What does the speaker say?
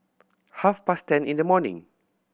half past ten in the morning